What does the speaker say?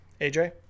AJ